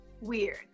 weird